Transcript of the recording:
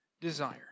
desire